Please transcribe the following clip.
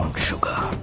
sugar